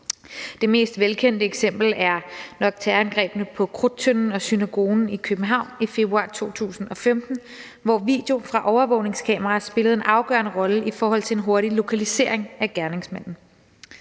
Det mest velkendt eksempel er nok terrorangrebene på Krudttønden og synagogen i København i februar 2015, hvor video fra overvågningskameraer spillede en afgørende rolle i forhold til en hurtig lokalisering af gerningsmanden.